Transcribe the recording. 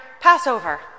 Passover